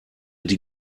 die